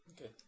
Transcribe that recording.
Okay